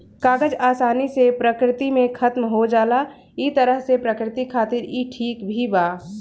कागज आसानी से प्रकृति में खतम हो जाला ए तरह से प्रकृति खातिर ई ठीक भी बा